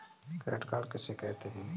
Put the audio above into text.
Credit card किसे कहते हैं?